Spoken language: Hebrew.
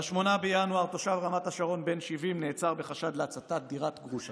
ב-8 בינואר: תושב רמת השרון בן 70 נעצר בחשד להצתת דירת גרושתו.